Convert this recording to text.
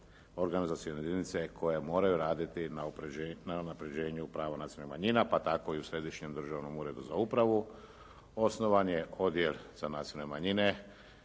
organizacione jedinice koje moraju raditi na unapređenju prava nacionalnih manjina pa tako i u Središnjem državnom uredu za upravu. Osnovan je Odjel za nacionalne manjine,